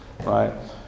Right